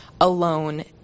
alone